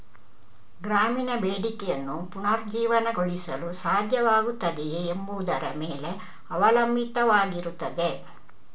ಗ್ರಾಮೀಣ ಬೇಡಿಕೆಯನ್ನು ಪುನರುಜ್ಜೀವನಗೊಳಿಸಲು ಸಾಧ್ಯವಾಗುತ್ತದೆಯೇ ಎಂಬುದರ ಮೇಲೆ ಅವಲಂಬಿತವಾಗಿರುತ್ತದೆ